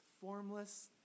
formless